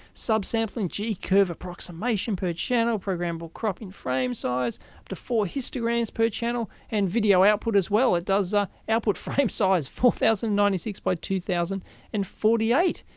subsampling, g-curve approximation per channel, programmable cropping frame size, up to four histograms per channel, and video output as well. it does ah output frame size four thousand and ninety six by two thousand and forty eight.